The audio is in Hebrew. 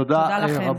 תודה לכם.